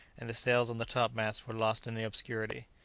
and the sails on the top-masts were lost in the obscurity.